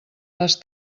les